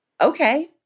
Okay